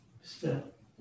step